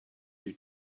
you